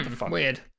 weird